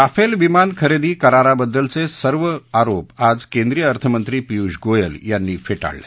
Rafale विमान खरेदी कराराबद्दलचे सर्व आरोप आज केंद्रीय अर्थमंत्री पियूष गोयल यांनी फेटाळले